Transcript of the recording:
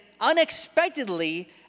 unexpectedly